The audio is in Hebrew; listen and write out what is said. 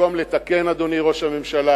במקום לתקן, אדוני ראש הממשלה,